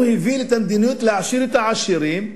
הוא הוביל את המדיניות להעשיר את העשירים,